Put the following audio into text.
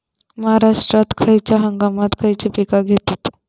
महाराष्ट्रात खयच्या हंगामांत खयची पीका घेतत?